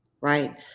right